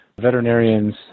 veterinarians